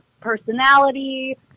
personality